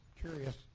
curious